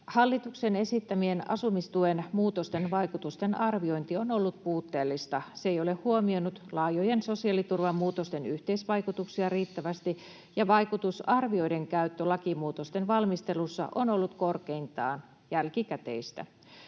Hallituksen esittämien asumistuen muutosten vaikutusten arviointi on ollut puutteellista. Se ei ole huomioinut laajojen sosiaaliturvan muutosten yhteisvaikutuksia riittävästi, ja vaikutusarvioiden käyttö lakimuutosten valmistelussa on ollut korkeintaan jälkikäteistä.